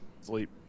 sleep